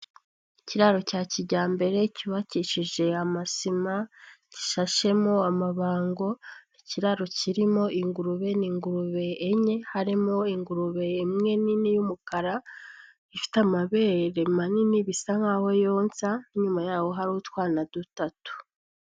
Ikiraro cya kijyambere cyubakishije amasima, gishashemo amabango, ikiraro kirimo ingurube ni ingurube enye harimo ingurube imwe nini y'umukara ifite amabere manini bisa nk'aho yonsa, n'inyuma y'aho hari utwana dutatu.